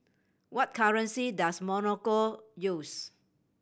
what currency does Morocco use